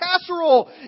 casserole